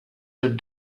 out